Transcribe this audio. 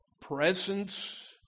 presence